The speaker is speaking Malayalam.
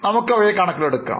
നമ്മൾ അവയെ കണക്കിൽ എടുക്കാം